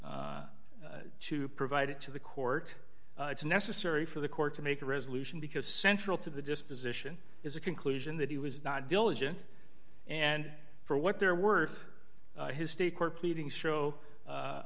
duty to provide it to the court it's necessary for the court to make a resolution because central to the disposition is a conclusion that he was not diligent and for what they're worth his state court pleadings show